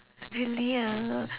really ah